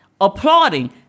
applauding